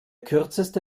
kürzeste